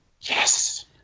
Yes